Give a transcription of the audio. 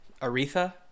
Aretha